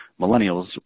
Millennials